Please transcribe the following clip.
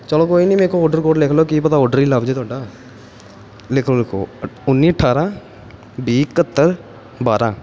ਚੱਲੋ ਕੋਈ ਨਹੀਂ ਮੇਰੇ ਕੋਲੋਂ ਔਡਰ ਕੋਡ ਲਿਖ ਲਓ ਕਿ ਪਤਾ ਔਡਰ ਹੀ ਲੱਭ ਜਾਵੇ ਤੁਹਾਡਾ ਲਿਖੋ ਲਿਖੋ ਉੱਨੀ ਅਠਾਰਾਂ ਵੀਹ ਇਕਹੱਤਰ ਬਾਰਾਂ